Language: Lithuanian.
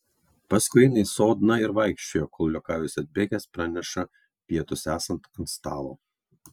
paskui eina į sodną ir vaikščioja kol liokajus atbėgęs praneša pietus esant ant stalo